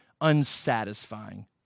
unsatisfying